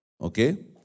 Okay